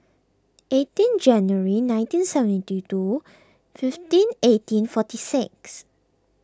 eighteen January nineteen seventy two fifteen eighteen forty six